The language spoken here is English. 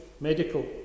medical